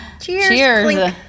Cheers